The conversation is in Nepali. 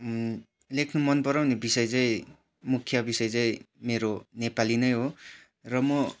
लेख्न मनपराउने विषय चाहिँ मुख्य विषय चाहिँ मेरो नेपाली नै हो र म